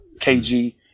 KG